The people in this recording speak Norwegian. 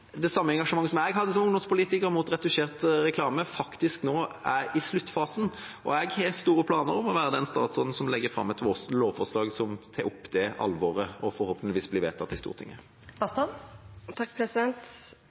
det samme engasjementet jeg som ungdomspolitiker hadde mot retusjert reklame, faktisk nå er i sluttfasen. Og jeg har store planer om å være den statsråden som legger fram et lovforslag som tar opp det alvoret, og som forhåpentligvis blir vedtatt i Stortinget.